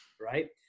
right